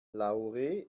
lahore